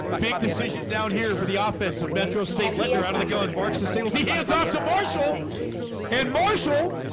big decision down here for the offense of metro state letner out of the gun barks and singles. he hands off to marshall and marshall